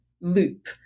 loop